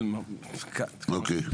אוקיי.